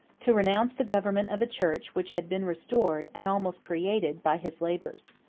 to renounce the government of a church which had been restored, and almost created, by his labors.